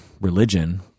religion